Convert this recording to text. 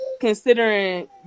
considering